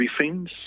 briefings